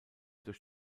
durch